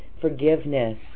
forgiveness